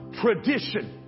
tradition